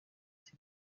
iki